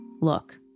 look